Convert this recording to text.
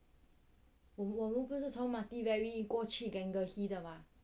我我们不是是从 mathiveri 过去 gangehi 的吗